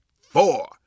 four